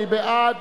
מי בעד?